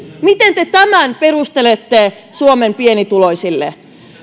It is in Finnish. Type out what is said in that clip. miten te tämän perustelette suomen pienituloisille